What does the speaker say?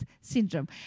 syndrome